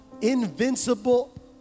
invincible